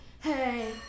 hey